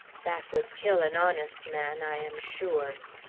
that would kill an honest man, i am sure.